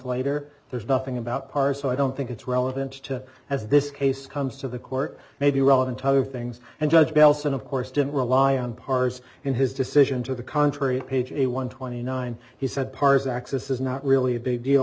later there's nothing about par so i don't think it's relevant to as this case comes to the court may be relevant to other things and judge nelson of course didn't rely on pars in his decision to the contrary a page a one twenty nine he said pars axis is not really a big deal